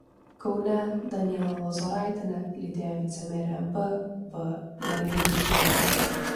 kaune danielą lozoraitienę lydėjo vicemerė v v margevičienė